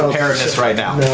heresies right now. no,